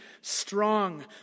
strong